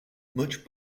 much